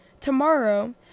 Tomorrow